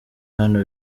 hano